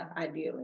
ideally